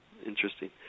interesting